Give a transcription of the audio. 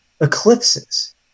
eclipses